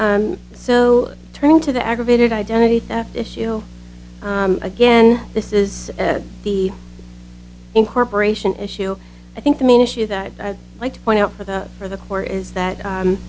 fraud so turning to the aggravated identity theft issue again this is the incorporation issue i think the main issue that i like to point out for the for the core is that